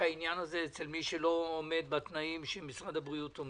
העניין הזה על מי שלא עומד בתנאים של משרד הבריאות.